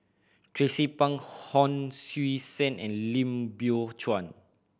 Tracie Pang Hon Sui Sen and Lim Biow Chuan